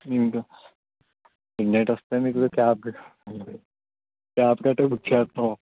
ఇంకా మిడ్నైట్ వస్తే మీకు క్యాబ్ క్యాబ్ గట్రా బుక్ చేస్తాం